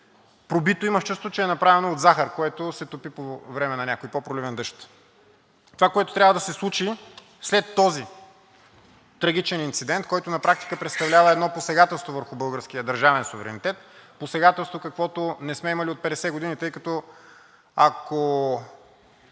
пробито, има чувството, че е направено от захар, която се топи по време на някой по-проливен дъжд. Това, което трябва да се случи след този трагичен инцидент, който на практика представлява едно посегателство върху българския държавен суверенитет, посегателство, каквото не сме имали от 50 години, тъй като, ако